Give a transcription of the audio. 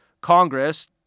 Congress